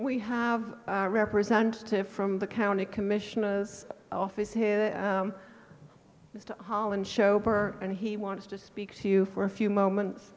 we have a representative from the county commissioner's office here holland chauffeur and he wants to speak to you for a few moments